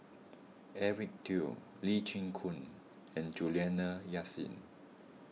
Eric Teo Lee Chin Koon and Juliana Yasin